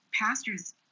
pastors